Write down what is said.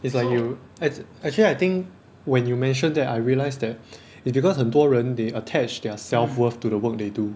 it's like you act~ actually I think when you mentioned that I realised that it's because 很多人 they attach their self worth to the work they do